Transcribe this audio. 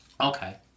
okay